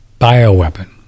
bioweapon